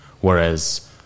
Whereas